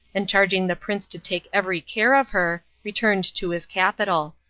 and charging the prince to take every care of her, returned to his capital.